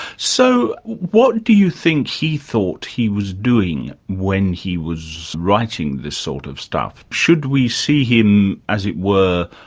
so, what do you think he thought he was doing when he was writing this sort of stuff? should we see him as it were